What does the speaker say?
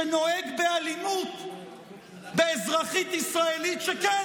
שנוהג באלימות באזרחית ישראלית שכן,